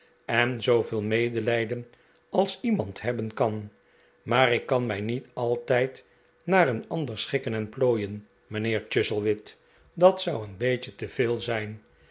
en zooveel medelijden als iemand hebben kan maar ik kan mij niet altijd naar een ander schikken en plooien mijnheer chuzzlewitl dat zou een beetje te veel zijn